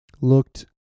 Looked